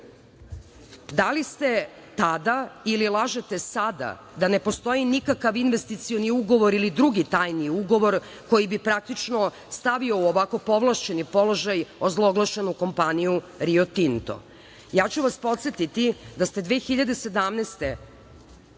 Da li ste tada ili lažete sada da ne postoji nikakav investicioni ugovor ili drugi tajni ugovor koji bi praktično stavio u ovako povlašćeni položaj ozloglašenu kompaniju Rio Tinto? Ja ću vas podsetiti da ste 2017.